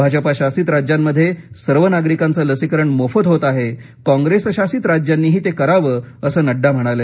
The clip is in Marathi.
भाजपा शासित राज्यांमध्ये सर्व नागरिकांचं लसीकरण मोफत होत आहे कॉंग्रेस शासित राज्यांनीही ते करावं असं नड्डा म्हणाले